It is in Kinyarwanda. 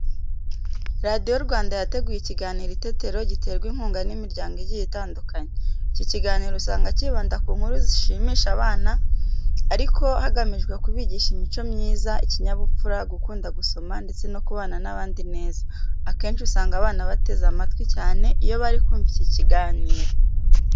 Radiyo Rwanda yateguye ikiganiro itetero giterwa inkunga n'imiryango igiye itandukanye. Iki kiganiro usanga kibanda ku nkuru zishimisha abana ariko hagamijwe kubigisha imico myiza, ikinyabupfura, gukunda gusoma ndetse no kubana n'abandi neza. Akenshi usanga abana bateze amatwi cyane iyo bari kumva iki kiganiro.